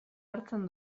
hartzen